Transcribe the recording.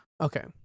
Okay